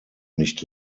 nicht